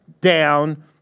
down